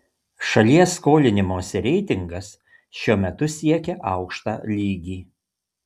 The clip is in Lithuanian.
šalies skolinimosi reitingas šiuo metu siekia aukštą lygį